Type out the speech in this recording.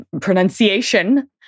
pronunciation